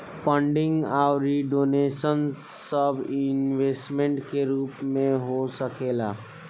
funding अउर donation सब investment के रूप में हो सकेला